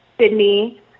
Sydney